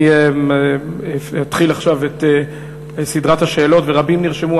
אני אתחיל עכשיו את סדרת השאלות, ורבים נרשמו.